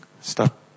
Stop